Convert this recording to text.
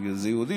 אם זה יהודי,